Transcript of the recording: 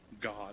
god